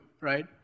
right